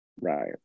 Right